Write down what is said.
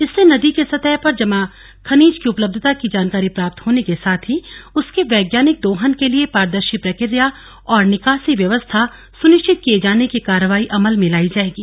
इससे नदी के सतह पर जमा खनिज की उपलब्यता की जानकारी प्राप्त होने को साथ ही उसके वैज्ञानिक दोहन के लिये पारदर्शी प्रक्रिया और निकासी व्यवस्था सुनिश्चित किये जाने की कार्यवाही अमल में लायी जायेगी